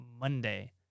Monday